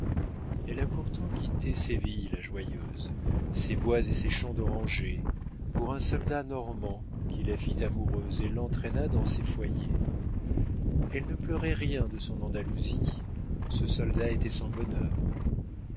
elle a pourtant quitté séville la joyeuse ses bois et ses champs d'orangers pour un soldat normand qui la fit amoureuse et l'entraîna dans ses foyers elle ne pleurait rien de son andalousie ce soldat était son bonheur